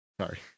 Sorry